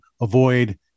avoid